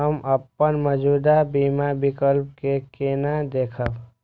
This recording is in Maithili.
हम अपन मौजूद बीमा विकल्प के केना देखब?